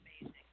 amazing